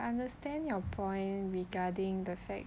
understand your point regarding the fact